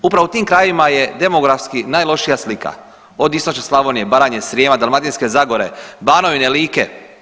Upravo u tim krajevima je demografski najlošija slika, od istočne Slavonije, Baranje, Srijema, Dalmatinske zagore, Banovine, Like.